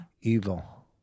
Evil